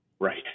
Right